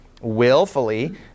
willfully